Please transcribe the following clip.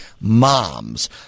Moms